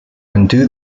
undo